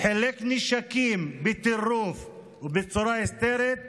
חילק נשקים בטירוף ובצורה היסטרית,